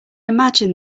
imagine